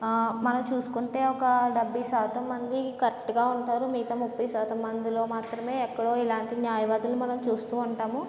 మనం చూసుకుంటే ఒక డెబ్భై శాతం మంది కరెక్ట్గా ఉంటారు మిగతా ముప్పై శాతం మందిలో మాత్రమే ఎక్కడో ఇలాంటి న్యాయవాదులు మనం చూస్తూ ఉంటాము